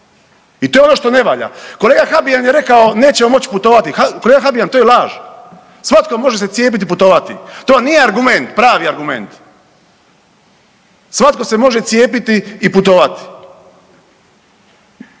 I to je ono što ne valja. Kolega Habijan je rekao nećemo moć putovati. Kolega Habijan, to je laž. Svatko može se cijepiti i putovati. To nije argument, pravi argument. Svatko se može cijepiti i putovati.